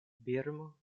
birmo